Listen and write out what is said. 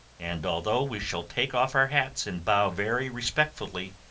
and although we shall take off our hats and bow very respectfully,